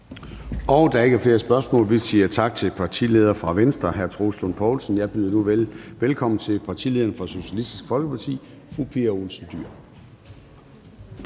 Der er ikke flere spørgsmål. Vi siger tak til partilederen fra Venstre, hr. Troels Lund Poulsen. Jeg byder nu velkommen til partilederen fra Socialistisk Folkeparti, fru Pia Olsen Dyhr.